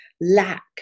lack